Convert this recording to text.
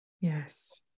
Yes